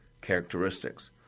characteristics